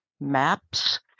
maps